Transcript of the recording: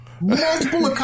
multiple